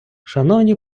шановні